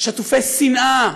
שטופי שנאה,